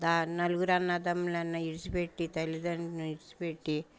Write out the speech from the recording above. దా నలుగురు అన్నదమ్ములని ఇడిచిపెట్టి తల్లిదండ్రులని ఇడిచిపెట్టి